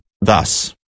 thus